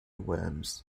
worms